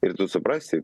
ir tu suprasi